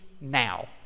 now